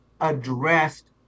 addressed